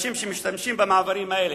לאנשים שמשתמשים במעברים האלה,